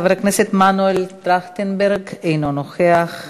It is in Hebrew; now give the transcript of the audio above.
חבר הכנסת מנואל טרכטנברג, אינו נוכח.